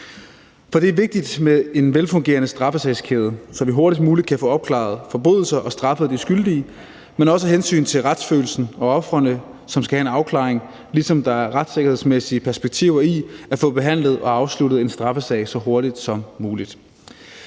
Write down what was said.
For det er vigtigt med en velfungerende straffesagskæde, så vi hurtigst muligt kan få opklaret forbrydelser og straffet de skyldige, men det er også af hensyn til retsfølelsen og ofrene, som skal have en afklaring, ligesom der er retssikkerhedsmæssige perspektiver i at få behandlet og afsluttet en straffesag så hurtigt som muligt.